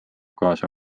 kaasa